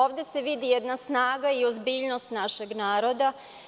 Ovde se vidi jedna snaga i ozbiljnost našeg naroda.